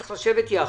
צריך לשבת יחד.